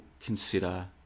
consider